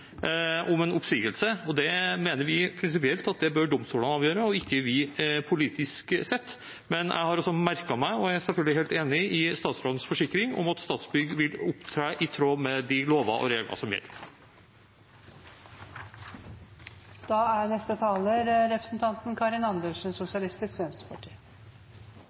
oppsigelse, og det mener vi prinsipielt at det er domstolene som bør avgjøre, ikke vi, politisk sett. Jeg har også merket meg, og jeg er selvfølgelig helt enig i statsrådens forsikring om, at Statsbygg vil opptre i tråd med de lover og regler som gjelder. Vi går da